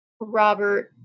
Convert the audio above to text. Robert